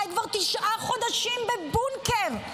חי כבר תשעה חודשים בבונקר.